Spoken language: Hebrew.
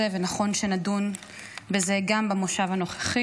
ונכון שנדון בזה גם במושב הנוכחי.